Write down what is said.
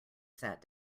sat